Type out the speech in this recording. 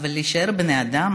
להישאר בני אדם